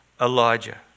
Elijah